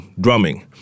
drumming